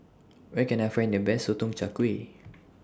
Where Can I Find The Best Sotong Char Kway